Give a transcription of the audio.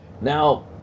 Now